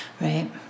Right